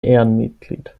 ehrenmitglied